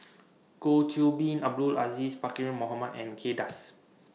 Goh Qiu Bin Abdul Aziz Pakkeer Mohamed and Kay Das